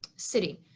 city.